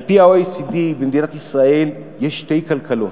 על-פי ה-OECD במדינת ישראל יש שתי כלכלות: